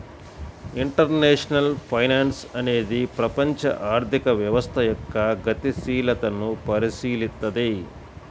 international finance అనేది ప్రపంచ ఆర్థిక వ్యవస్థ యొక్క గతిశీలతను పరిశీలిత్తది